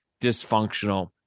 dysfunctional